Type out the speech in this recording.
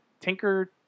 tinker